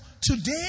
today